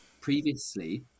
previously